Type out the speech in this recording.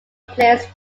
players